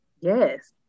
yes